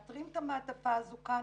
אנחנו מאתרים את המעטפה הזו כאן,